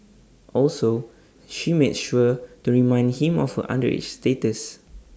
also she made sure to remind him of her underage status